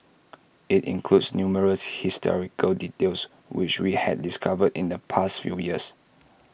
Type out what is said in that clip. IT includes numerous historical details which we had discovered in the past few years